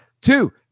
two